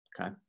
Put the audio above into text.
okay